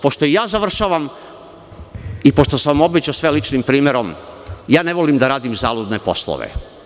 Pošto ja završavam i pošto sam obećao svojim ličnim primerom, ja ne volim da radim zaludne poslove.